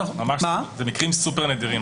אגב, אלה מקרים סופר נדירים